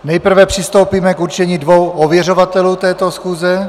Nejprve přistoupíme k určení dvou ověřovatelů této schůze.